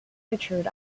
featured